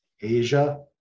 Asia